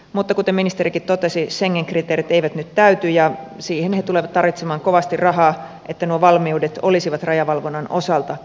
mutta kuten ministerikin totesi schengen kriteerit eivät nyt täyty ja siihen he tulevat tarvitsemaan kovasti rahaa että nuo valmiudet olisivat rajavalvonnan osalta